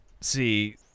See